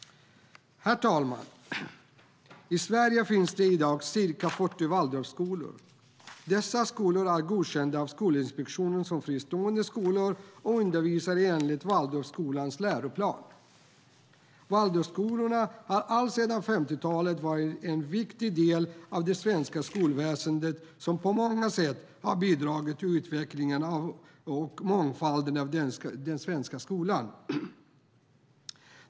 Herr talman! I Sverige finns det i dag ca 40 Waldorfskolor. Dessa skolor är godkända av Skolinspektionen som fristående skolor och undervisar enligt Waldorfskolans läroplan. Waldorfskolorna har alltsedan 50-talet varit en viktig del av det svenska skolväsendet som på många sätt har bidragit till utvecklingen och mångfalden av den svenska skolan.